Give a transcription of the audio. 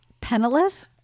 Penniless